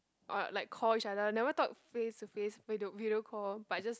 or like call each other never talk face to face wait don't video call but just